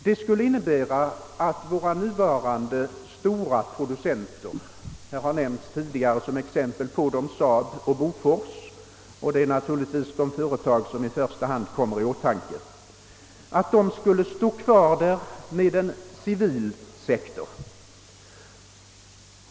Det skulle innebära att våra nuvarande stora producenter — här har tidigare som exempel nämnts SAAB och Bofors, och det är naturligtvis de företag som i första hand kommer i åtanke — skulle stå kvar med endast en civil sektor.